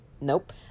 Nope